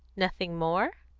nothing more?